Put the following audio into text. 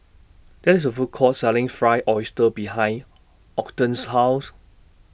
There IS A Food Court Selling Fried Oyster behind Ogden's House